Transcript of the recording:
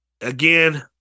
again